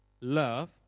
love